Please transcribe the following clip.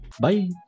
Bye